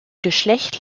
geschlecht